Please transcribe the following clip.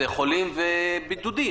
אלה חולים ובידודים.